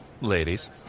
Ladies